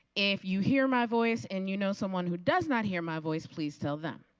if you hear my voice and you know someone who does not hear my voice, please tell them.